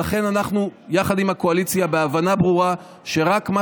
ולכן אנחנו יחד עם הקואליציה בהבנה ברורה שרק מה